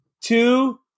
two